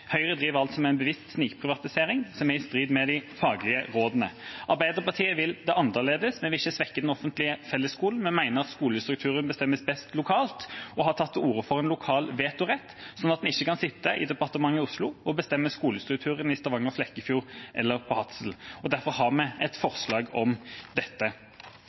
Høyre driver altså med en bevisst snikprivatisering som er i strid med de faglige rådene. Arbeiderpartiet vil det annerledes. Vi vil ikke svekke den offentlige fellesskolen. Vi mener at skolestrukturen bestemmes best lokalt, og har tatt til orde for en lokal vetorett, sånn at man ikke kan sitte i departementet i Oslo og bestemme skolestrukturen i Stavanger, i Flekkefjord eller på Hadsel. Derfor har vi et forslag om dette.